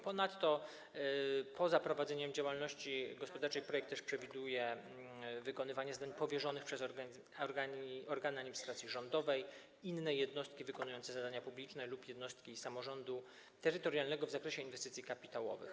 Poza prowadzeniem działalności gospodarczej projekt przewiduje ponadto wykonywanie zadań powierzonych przez organy administracji rządowej, inne jednostki wykonujące zadania publiczne lub jednostki samorządu terytorialnego w zakresie inwestycji kapitałowych.